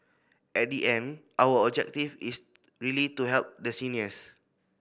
at the end our objective is really to help the seniors